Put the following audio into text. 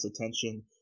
attention